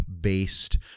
based